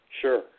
Sure